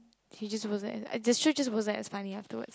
he just supposed as he just supposed as funny afterwards